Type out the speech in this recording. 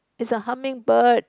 is a hummingbird